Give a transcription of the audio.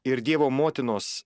ir dievo motinos